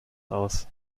aus